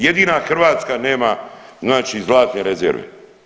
Jedina Hrvatska nema, znači zlatne rezerve.